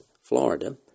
Florida